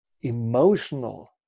emotional